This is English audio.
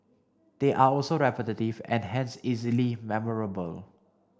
they are also repetitive and hence easily memorable